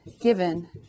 given